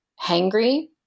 hangry